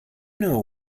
know